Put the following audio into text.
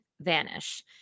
Vanish